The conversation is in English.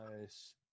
Nice